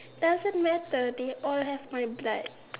doesn't matter they all have my blood